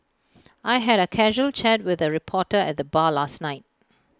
I had A casual chat with A reporter at the bar last night